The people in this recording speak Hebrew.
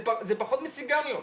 זה פחות מסיגריות.